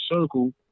circle